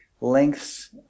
lengths